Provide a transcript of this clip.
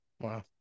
wow